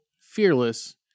Fearless